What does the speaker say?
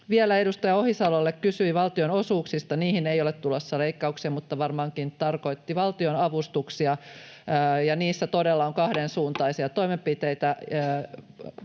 koputtaa] joka kysyi valtionosuuksista: Niihin ei ole tulossa leikkauksia, mutta varmaankin hän tarkoitti valtionavustuksia. Niissä todella on kahdensuuntaisia [Puhemies